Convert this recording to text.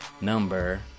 number